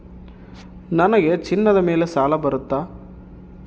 ನನಗೆ ಚಿನ್ನದ ಮೇಲೆ ಸಾಲ ಬರುತ್ತಾ?